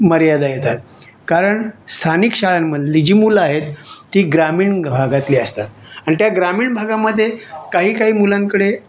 मर्यादा येतात कारण स्थानिक शाळांमधली जी मुलं आहेत ती ग्रामीण भागातली असतात आणि त्या ग्रामीण भागामध्ये काही काही मुलांकडे